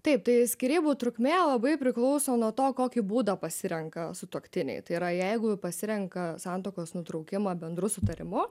taip tai skyrybų trukmė labai priklauso nuo to kokį būdą pasirenka sutuoktiniai tai yra jeigu pasirenka santuokos nutraukimą bendru sutarimu